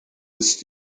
ist